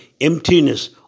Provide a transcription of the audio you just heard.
emptiness